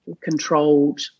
controlled